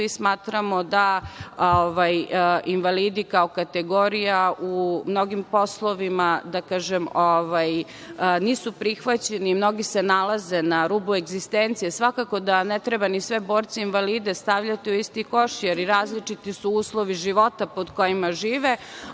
i smatramo da invalidi kao kategorija u mnogim poslovima nisu prihvaćeni. Mnogi se nalaze na rubu egzistencije. Svakako da ne treba ni sve borce invalide stavljati u isti koš, jer i različiti su uslovi života pod kojima žive,